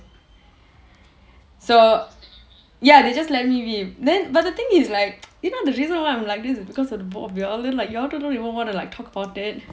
so ya they just let me be then but the thing is like you know the reason why I'm like this is because of the both of you all then like you all don't even want to like talk about it